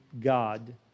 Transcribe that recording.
God